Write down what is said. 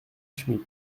schmid